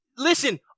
listen